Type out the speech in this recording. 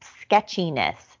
sketchiness